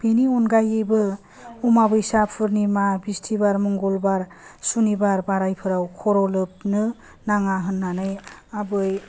बेनि अनगायैबो अमाबैसा पुरनिमा बिस्टिबार मंगलबार सुनिबार बारायफोराव खर' लोबनो नाङा होननानै आबै